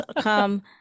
come